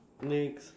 next